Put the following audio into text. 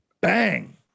Bang